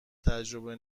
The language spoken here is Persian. تجربه